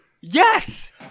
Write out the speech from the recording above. Yes